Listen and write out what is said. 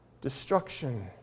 destruction